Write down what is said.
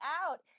out